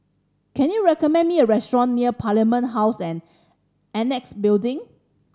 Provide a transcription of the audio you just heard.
can you recommend me a restaurant near Parliament House and Annexe Building